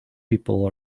people